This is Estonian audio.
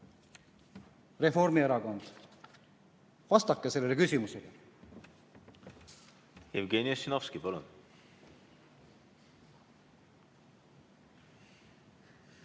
Reformierakond, vastake sellele küsimusele! Jevgeni Ossinovski, palun!